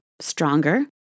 stronger